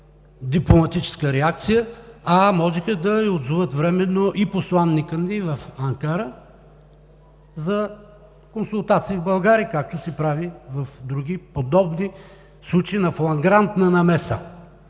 дипломатическа реакция, а можеха да отзоват временно и посланика ни в Анкара за консултации в България, както се прави в други подобни случаи на флагрантна намеса.